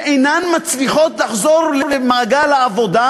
שאינן מצליחות לחזור למעגל העבודה